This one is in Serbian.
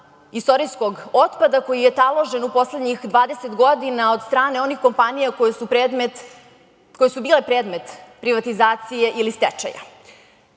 istorijskog otpada koji je taložen u poslednjih 20 godina od strane onih kompanija koje su bile predmet privatizacije ili stečaja. Ono